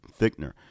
thickener